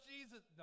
Jesus